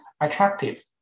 attractive